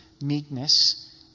meekness